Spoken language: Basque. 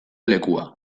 lekua